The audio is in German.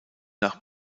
nach